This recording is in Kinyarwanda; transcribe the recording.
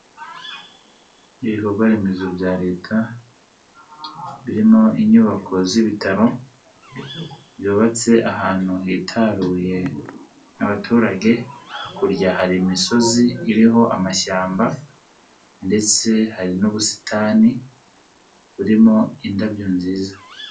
Ibikorwa remezo bya Leta, birimo inyubako z'ibitaro, byubatse ahantu hitaruye abaturage, hakurya hari imisozi iriho amashyamba, ndetse hari n'ubusitani burimo indabyo nziza.